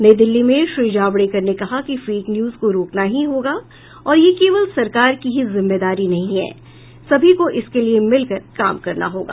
नई दिल्ली में श्री जावड़ेकर ने कहा कि फेक न्यूज को रोकना ही होगा और यह केवल सरकार की ही जिम्मेदारी नहीं है सभी को इसके लिए मिलकर काम करना होगा